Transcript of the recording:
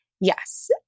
Yes